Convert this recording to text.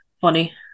funny